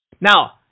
now